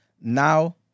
Now